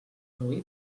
roí